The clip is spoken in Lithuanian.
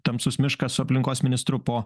tamsus miškas su aplinkos ministru po